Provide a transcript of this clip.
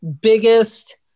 biggest